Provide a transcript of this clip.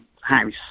house